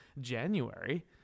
January